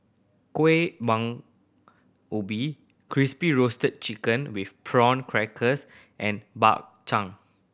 kueh bang ubi Crispy Roasted Chicken with Prawn Crackers and Bak Chang